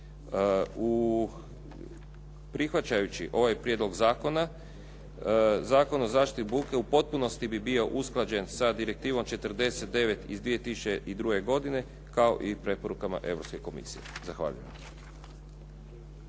Prihvaćajući ovaj prijedlog zakona Zakon o zaštiti od buke u potpunosti bi bio usklađen sa Direktivom 49 iz 2002. godine kao i preporukama Europske komisije. Zahvaljujem.